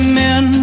men